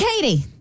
Katie